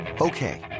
Okay